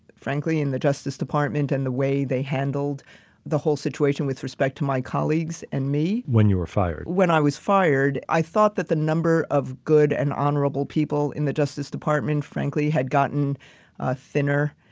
frankly, in the justice department and the way they handled the whole situation with respect to my colleagues and me. when you were fired. when i was fired, i thought that the number of good and honorable people in the justice department frankly, had gotten thinner.